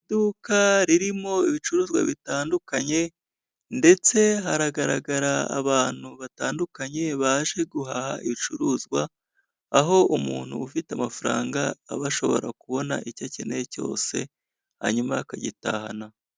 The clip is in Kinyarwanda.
Iduka ririmo ibicuruzwa bitandukanye ndetse haragaragara abantu batandukanye baje guhaha ibicuruzwa, aho umuntu ufite amafaranga aba ashobora kubona icyo akeneye cyose. Hanyuma akagitahana.